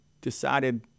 decided